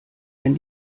wenn